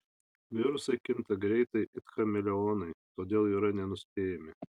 virusai kinta greitai it chameleonai todėl yra nenuspėjami